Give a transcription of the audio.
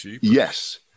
Yes